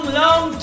long